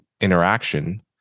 interaction